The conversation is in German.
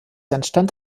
entstand